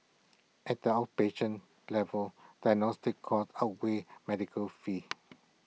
at the outpatient level diagnostic costs outweighed medical fees